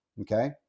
okay